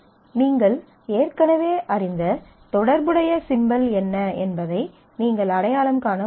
நீங்கள் ஏற்கனவே அறிந்த தொடர்புடைய சிம்பல் என்ன என்பதை நீங்கள் அடையாளம் காண முடியும்